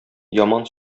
яман